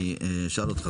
אני אשאל אותך,